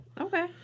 Okay